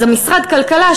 אז משרד הכלכלה,